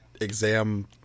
exam